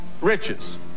riches